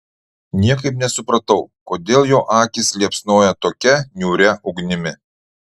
niekaip nesupratau kodėl jo akys liepsnoja tokia niūria ugnimi